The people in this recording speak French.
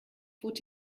faut